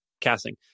casting